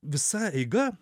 visa eiga